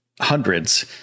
hundreds